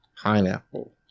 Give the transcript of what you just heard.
pineapple